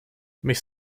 mich